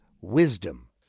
wisdom